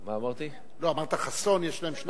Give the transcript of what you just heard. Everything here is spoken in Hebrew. לא, אמרת "חסון" יש שניים.